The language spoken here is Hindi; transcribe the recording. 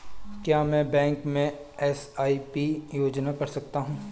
क्या मैं बैंक में एस.आई.पी योजना कर सकता हूँ?